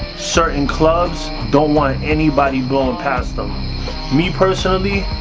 certain clubs don't want anybody blowing past them me personally.